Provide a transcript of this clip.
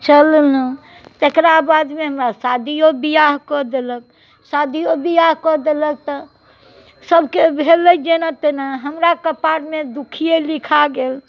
चललहुँ तेकरा बादमे हमरा शादियो विवाह कऽ देलक शादियो विवाह कऽ देलक तऽ सभके भेलै जेना तेना हमरा कपारमे दुखिये लिखा गेल